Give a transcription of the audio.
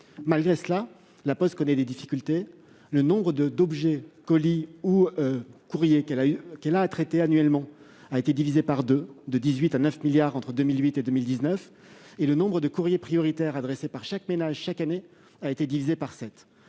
Malgré cela, La Poste connaît des difficultés. Le nombre d'objets, colis ou courriers qu'elle traite annuellement a été divisé par deux- il est passé de 18 milliards à 9 milliards entre 2008 et 2019 -et le nombre de courriers prioritaires adressés par les ménages chaque année a été divisé par